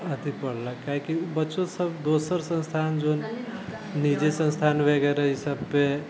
अथि पढ़लक काहेकि बच्चो सभ दोसर संस्थान जोइन निजी संस्थान वगैरह ई सभपे